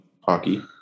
Hockey